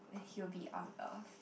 that he'll be on earth